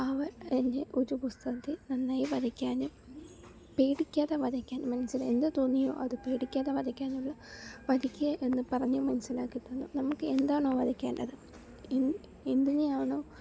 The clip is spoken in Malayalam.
അവൾ എന്നെ ഒരു പുസ്തകത്തിൽ നന്നായി വരയ്ക്കാനും പേടിക്കാതെ വരയ്ക്കാനും മനസ്സിൽ എന്ത് തോന്നിയോ അത് പേടിക്കാതെ വരയ്ക്കാനുമുള്ള പഠിക്കുക എന്ന് പറഞ്ഞു മനസിലാക്കി തന്നു നമ്മൾക്ക് എന്താണോ വരയ്ക്കേണ്ടത് എന്തിനെയാണോ